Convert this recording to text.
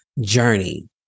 journey